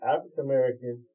African-American